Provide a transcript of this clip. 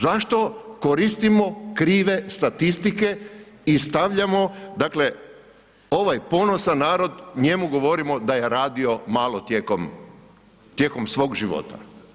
Zašto koristimo krive statistike i stavljamo ovaj ponosan narod, njemu govorimo da je radio malo tijekom svog života?